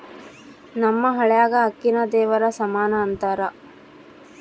ನಮ್ಮ ಹಳ್ಯಾಗ ಅಕ್ಕಿನ ದೇವರ ಸಮಾನ ಅಂತಾರ